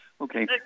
Okay